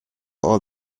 all